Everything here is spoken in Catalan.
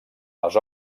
les